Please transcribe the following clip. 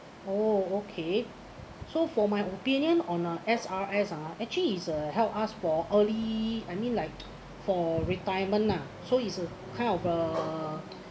oh okay so for my opinion on uh S_R_S uh actually is a help us for early I mean like for retirement ah so is a kind of a